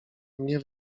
mnie